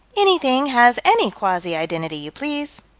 anything has any quasi-identity you please.